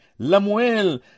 Lamuel